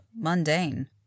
mundane